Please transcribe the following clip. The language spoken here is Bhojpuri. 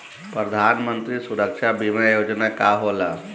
प्रधानमंत्री सुरक्षा बीमा योजना का होला?